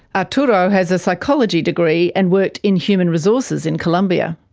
arturo has a psychology degree and worked in human resources in colombia.